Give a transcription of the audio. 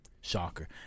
Shocker